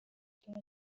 kimwe